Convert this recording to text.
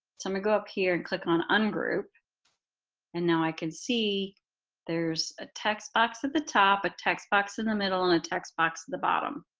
to go up here and click on ungroup and now i can see there's a text box at the top, a text box in the middle, and a text box at the bottom.